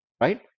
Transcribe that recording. right